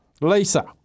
Lisa